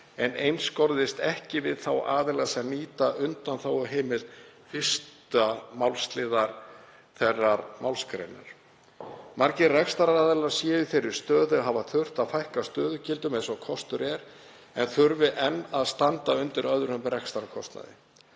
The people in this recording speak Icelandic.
en einskorðist ekki við þá aðila sem nýta undanþáguheimild 1. málsliðar þeirrar málsgreinar. Margir rekstraraðilar séu í þeirri stöðu að hafa þurft að fækka stöðugildum eins og kostur er en þurfi enn þá að standa undir öðrum rekstrarkostnaði.